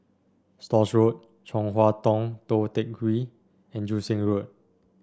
Stores Road Chong Hua Tong Tou Teck Hwee and Joo Seng Road